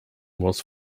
was